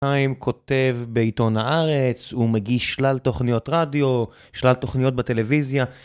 כותב בעיתון הארץ, הוא מגיש שלל תוכניות רדיו, שלל תוכניות בטלוויזיה.